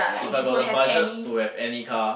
if I got the budget to have any car